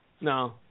no